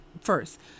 first